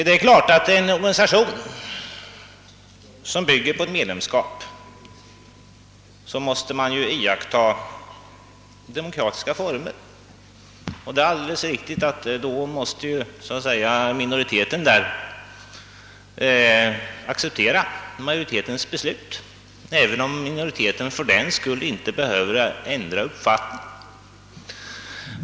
Det är klart att man i en organisation som bygger på medlemskap måste iaktta demokratiska former och att minori teten måste acceptera majoritetens beslut, även om minoriteten fördenskull inte behöver ändra uppfattning.